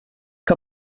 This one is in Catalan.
que